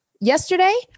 yesterday